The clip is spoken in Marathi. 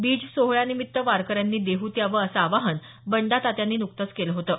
बीज सोहळ्यानिमित्त वारकऱ्यांनी देहूत यावं असं आवाहन बंडातात्यांनी नुकतंच केलं होतं